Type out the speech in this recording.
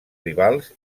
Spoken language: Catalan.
rivals